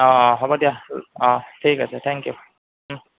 অঁ অঁ হ'ব দিয়া অঁ ঠিক আছে থেংক ইউ